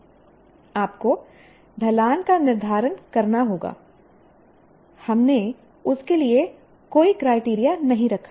आपको ढलान का निर्धारण करना होगा हमने उसके लिए कोई क्राइटेरिया नहीं रखा है